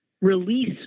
release